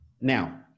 Now